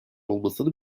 olmasını